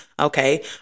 Okay